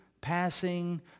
passing